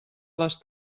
les